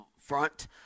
front